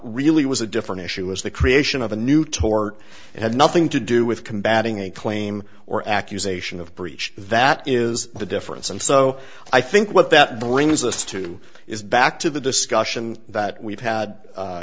really was a different issue as the creation of a new tort it had nothing to do with combating a claim or accusation of breach that is the difference and so i think what that brings us to is back to the discussion that we've had